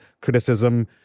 criticism